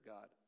God